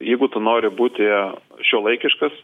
jeigu tu nori būti šiuolaikiškas